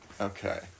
Okay